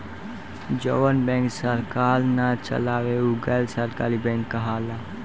जवन बैंक सरकार ना चलावे उ गैर सरकारी बैंक कहाला